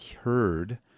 heard